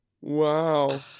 Wow